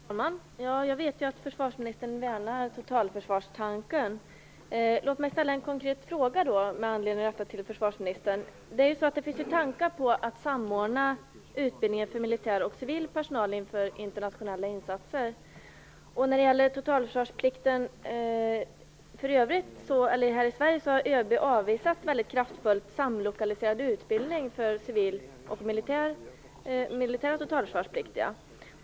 Herr talman! Jag vet att försvarsministern värnar om totalförsvarstanken. Låt mig därför ställa en konkret fråga till försvarsministern. Det finns ju tankar på att samordna utbildningen för militär och civil personal inför internationella insatser. När det gäller totalförsvarsplikten här i Sverige har ÖB kraftfullt avvisat samlokaliserad utbildning för civila och militära totalförsvarspliktiga.